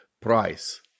Price